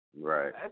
right